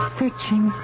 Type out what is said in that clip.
searching